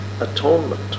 Atonement